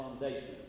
foundations